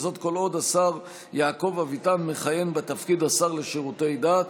וזאת כל עוד השר יעקב אביטן מכהן בתפקיד השר לשירותי דת.